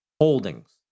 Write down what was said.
holdings